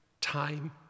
time